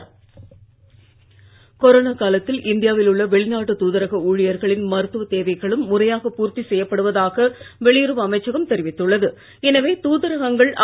கொரோனாதாதாகம் கொரோனாகாலத்தில் இந்தியாவிலுள்ளவெளிநாட்டுதூதரகஊழியர்களின்மருத்துவதேவைகளும் முறையாகபூர்த்திசெய்யப்படுவதாகவெளியுறவுஅமைச்சகம்தெரிவித்துள்ள எனவே தூதரகங்கள் து